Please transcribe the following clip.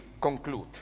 conclude